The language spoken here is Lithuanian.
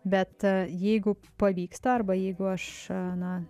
bet jeigu pavyksta arba jeigu aš na